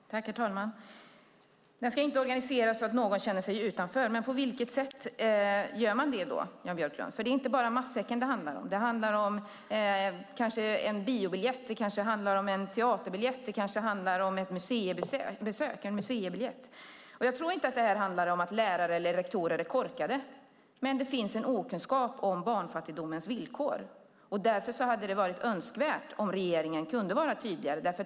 Herr talman! Verksamheten ska organiseras så att ingen känner sig utanför, säger Jan Björklund. Men på vilket sätt gör man det då? Det är inte bara matsäcken det handlar om; det kanske handlar om en biobiljett, en teaterbiljett eller en museibiljett. Jag tror inte att det handlar om att lärare eller rektorer är korkade, men det finns en okunskap om barnfattigdomens villkor. Därför hade det varit önskvärt om regeringen hade kunnat vara tydligare.